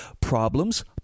problems